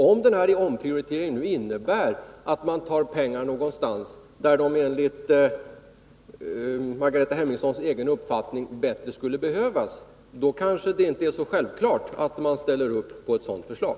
Om den omprioriteringen innebär att man tar pengar någonstans där de enligt Margareta Hemmingssons egen uppfattning bättre skulle behövas, kanske det inte är så självklart att hon ställer upp på ett sådant förslag.